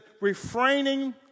refraining